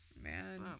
man